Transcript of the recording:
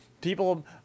People